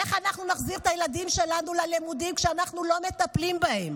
איך אנחנו נחזיר את הילדים שלנו ללימודים כשאנחנו לא מטפלים בהם?